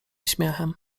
śmiechem